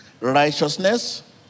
righteousness